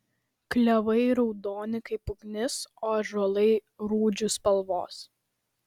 klevai raudoni kaip ugnis o ąžuolai rūdžių spalvos